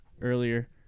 earlier